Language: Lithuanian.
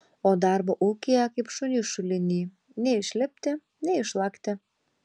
o darbo ūkyje kaip šuniui šuliny nei išlipti nei išlakti